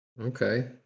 Okay